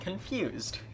Confused